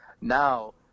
Now